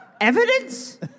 Evidence